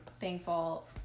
thankful